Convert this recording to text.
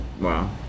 Wow